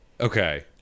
okay